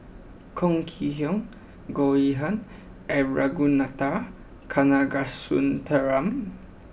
Chong Kee Hiong Goh Yihan and Ragunathar Kanagasuntheram